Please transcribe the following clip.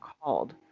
called